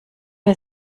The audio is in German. wir